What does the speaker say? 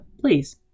please